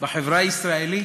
בחברה הישראלית,